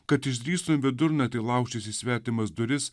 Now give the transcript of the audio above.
kad išdrįstų vidurnaktį laužtis į svetimas duris